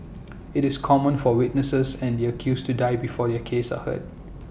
IT is common for witnesses and the accused to die before their cases are heard